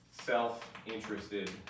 self-interested